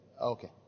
okay